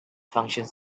functions